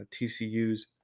tcu's